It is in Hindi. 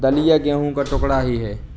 दलिया गेहूं का टुकड़ा ही है